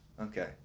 Okay